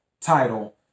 title